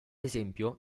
esempio